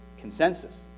consensus